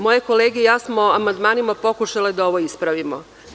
Moje kolege i ja smo amandmanima pokušali ovo da ispravimo.